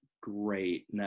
great